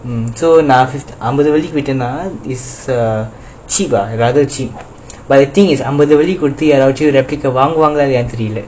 so நான் அம்பது வெள்ளிக்கு வித்தேன்ன:nan ambathu velliku vittaenna is ah cheap ah rather cheap but I think is அம்பது வெள்ளி குடுத்து யாரவது:ambathu velli kuduthu yaaravathu replica வாங்குவாங்கலனு தெரில:vanguvangalanu therila